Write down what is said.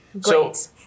Great